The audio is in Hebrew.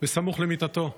סמוך למיטתו.